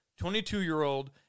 22-year-old